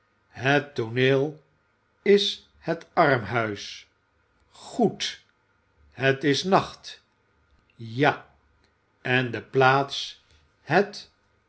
het tooneel is het armhuis goed het is nacht ja en de plaats het